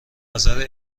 نظر